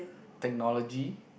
technology